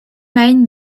magne